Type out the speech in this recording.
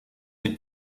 mit